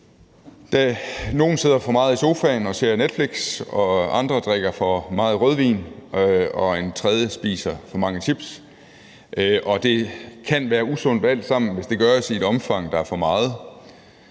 Nogle sidder for meget i sofaen og ser Netflix, andre drikker for meget rødvin, og andre igen spiser for mange chips. Det kan alt sammen være usundt, hvis det gøres i et omfang, der er for meget,